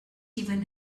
even